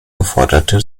geforderte